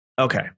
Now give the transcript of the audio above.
okay